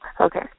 Okay